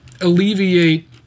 alleviate